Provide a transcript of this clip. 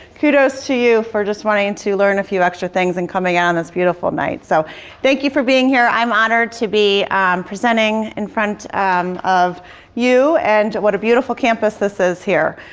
kudos to you for just wanting to learn a few extra things and coming out on this beautiful night. so thank you for being here. i'm honored to be presenting in front of you, and what a beautiful campus this is here.